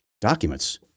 documents